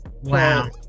Wow